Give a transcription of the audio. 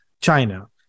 China